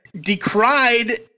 decried